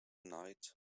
night